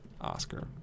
Oscar